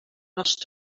must